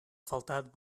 faltat